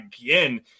again